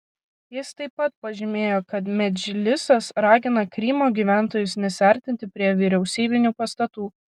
jis taip pat pažymėjo kad medžlisas ragina krymo gyventojus nesiartinti prie vyriausybinių pastatų